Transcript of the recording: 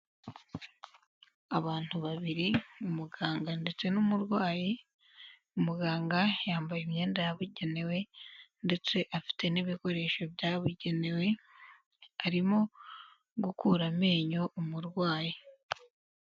Abantu babiri umuganga ndetse n'umurwayi, umuganga yambaye imyenda yabugenewe ndetse afite n'ibikoresho byabugenewe arimo gukura amenyo umurwayi.